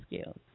skills